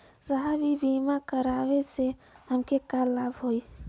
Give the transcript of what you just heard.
साहब इ बीमा करावे से हमके का लाभ होई?